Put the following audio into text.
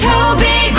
Toby